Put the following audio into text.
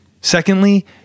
Secondly